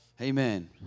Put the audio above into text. Amen